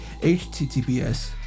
HTTPS